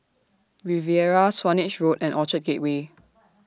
Riviera Swanage Road and Orchard Gateway